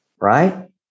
right